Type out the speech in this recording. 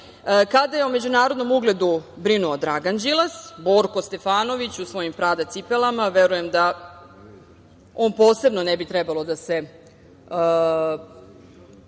kada je o međunarodnom ugledu brinuo Dragan Đilas, Borko Stefanović u svojim „Prada“ cipelama, verujem da on posebno ne bi trebalo da se,